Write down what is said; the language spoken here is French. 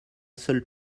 seul